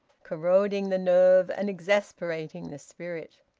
corroding the nerve and exasperating the spirit.